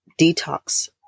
detox